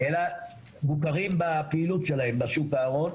אלא מוכרים בפעילות שלהם בשוק ההון,